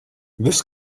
this